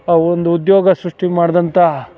ಅವು ಒಂದು ಉದ್ಯೋಗ ಸೃಷ್ಟಿ ಮಾಡ್ದಂಥ